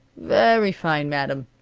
very fine, madam,